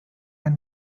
ein